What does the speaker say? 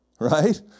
Right